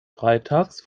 freitags